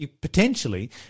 potentially